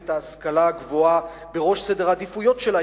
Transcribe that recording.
את ההשכלה הגבוהה בראש סדר העדיפויות שלה,